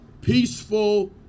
peaceful